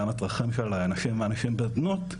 גם הצרכים של נשים ואנשים בזנות,